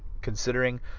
considering